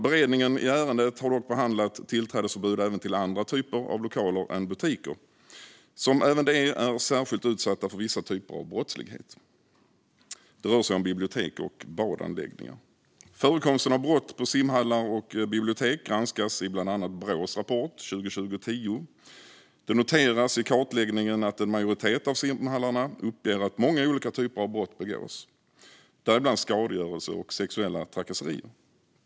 Beredningen i ärendet har dock behandlat tillträdesförbud även till andra typer av lokaler än butiker, som även de är särskilt utsatta för vissa typer av brottslighet. Det rör sig om bibliotek och badanläggningar. Förekomsten av brott på simhallar och bibliotek granskas i bland annat Brås rapport 2020:10. Det noteras i kartläggningen att en majoritet av simhallarna uppger att många olika typer av brott begås, däribland skadegörelse och sexuella trakasserier.